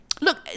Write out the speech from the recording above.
Look